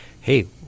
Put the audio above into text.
hey